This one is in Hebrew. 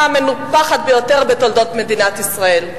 המנופחת ביותר בתולדות מדינת ישראל.